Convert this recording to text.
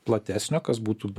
platesnio kas būtų